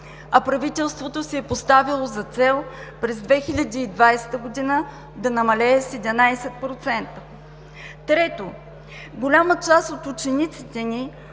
А правителството си е поставило за цел през 2020 г. да намалее с 11%. Трето, голяма част от учениците ни